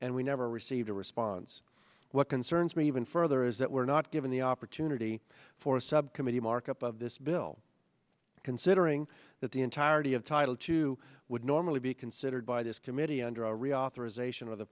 and we never received a response what concerns me even further is that we're not given the opportunity for a subcommittee markup of this bill considering that the entirety of title two would normally be considered by this committee under a